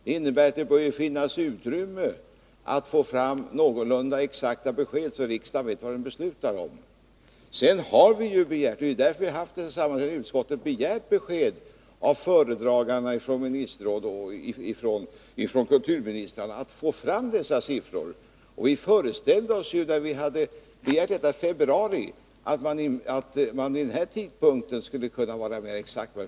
Det innebär att det bör finnas utrymme för att få fram någorlunda exakta besked, så att riksdagen vet vad den beslutar om. Vi har ju i utskottet begärt besked av föredragandena i ministerrådet och av kulturministrarna, så att vi skulle kunna få fram dessa siffror. Vi föreställde oss naturligtvis, när vi begärde detta i februari, att man vid den här tidpunkten skulle kunna vara mera exakt.